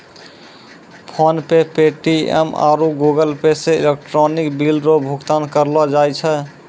PhonePe Paytm आरु Google Pay से electronic bill रो भुगतान करलो जाय छै